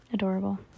adorable